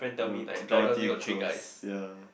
the Dorothy girls ya